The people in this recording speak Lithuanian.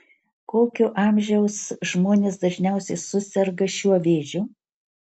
kokio amžiaus žmonės dažniausiai suserga šiuo vėžiu